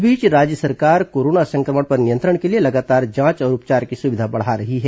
इस बीच राज्य सरकार कोरोना सं क्र मण पर नियंत्रण के लिए लगातार जांच और उपचार की सुविधा बढ़ा रही है